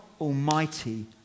Almighty